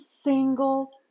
single